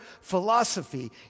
philosophy